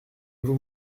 vous